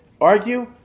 argue